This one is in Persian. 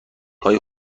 های